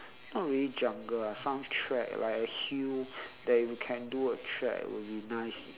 not really jungle ah some trek like a hill that you can do a trek will be nice